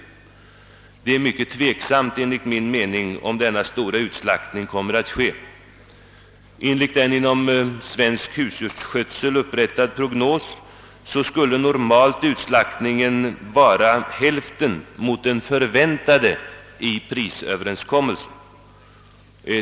Det är enligt min mening mycket ovisst om denna stora utslaktning kommer att ske. Enligt en av Svensk husdjursskötsel upprättad prognos skulle utslaktningen normalt vara hälften av den i prisöverenskommelsen förväntade.